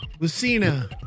Lucina